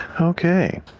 Okay